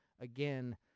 Again